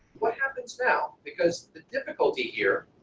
what happens now? because the difficulty here